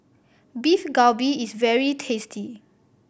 Beef Galbi is very tasty